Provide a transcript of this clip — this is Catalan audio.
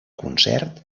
concert